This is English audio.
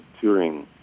Turing